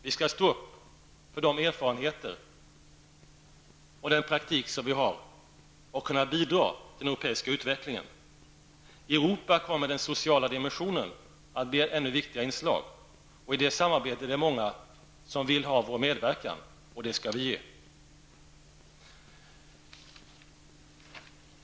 Vi skall stå upp för de erfarenheter och den praktik som vi har och bidra till den europeiska utvecklingen. I Europa kommer den sociala dimensionen att bli ett ännu viktigare inslag. I det samarbetet är det många som vill ha vår medverkan, och den skall vi ge.